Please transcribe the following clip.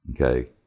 okay